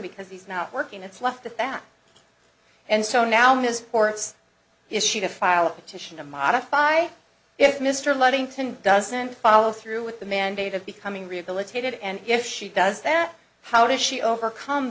because he's not working at slough the fact and so now ms ports issue to file a petition to modify if mr luddington doesn't follow through with the mandate of becoming rehabilitated and if she does that how does she overcome